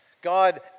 God